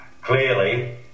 clearly